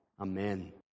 amen